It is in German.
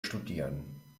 studieren